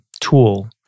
tool